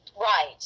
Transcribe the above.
Right